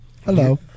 Hello